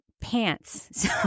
Pants